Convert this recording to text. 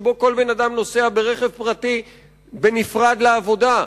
שבו כל בן אדם נוסע ברכב פרטי בנפרד לעבודה.